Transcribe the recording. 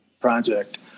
project